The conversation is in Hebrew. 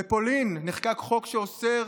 בפולין נחקק חוק שאוסר